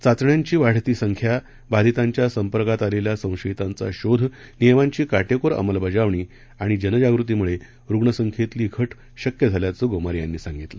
चाचण्यांची वाढती संख्या बाधितांच्या संपर्कात आलेल्या संशयितांचा शोध नियमांची काटेकोर अंमलबजावणी आणि जनजागृतीमुळे रुग्णसंख्येतली घट शक्य झाल्याचं गोमरे यांनी सांगितलं